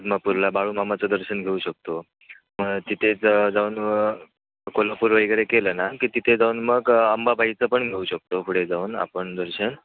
आदमापूरला बाळूमामाचं दर्शन घेऊ शकतो मग तिथेच जाऊन कोल्हापूर वगैरे केलं ना की तिथे जाऊन मग अंबाबाईचं पण घेऊ शकतो पुढे जाऊन आपण दर्शन